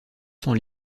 cents